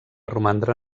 romandre